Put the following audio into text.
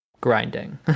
grinding